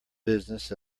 business